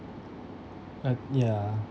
but yeah